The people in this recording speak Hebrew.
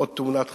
עוד תאונת חצר,